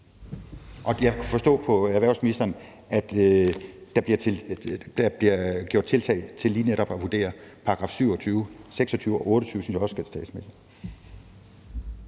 forstå på erhvervsministeren, at der bliver taget tiltag til lige netop at vurdere § 26, 27 og 28. Kl.